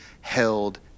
held